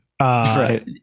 Right